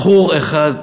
בחור אחד,